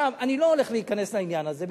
אני לא הולך להיכנס לעניין הזה.